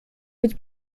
być